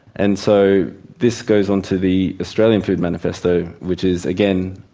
and so this goes on to the australian food manifesto, which is again,